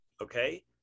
okay